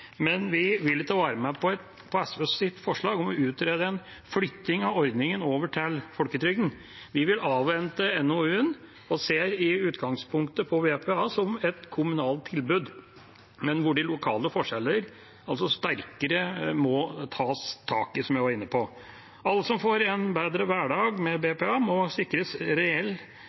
men vi vil ikke være med på SVs forslag om å utrede en flytting av ordningen over til folketrygden. Vi vil avvente NOU-en og ser i utgangspunktet på BPA som et kommunalt tilbud, men hvor de lokale forskjeller må tas sterkere tak i, som jeg var inne på. Alle som får en bedre hverdag med BPA, må sikres